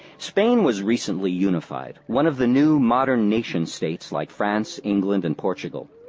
spain was recently unified, one of the new modern nation-states, like france, england, and portugal.